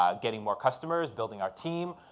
um getting more customers, building our team,